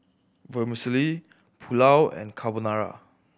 Vermicelli Pulao and Carbonara